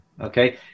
okay